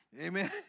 Amen